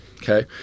Okay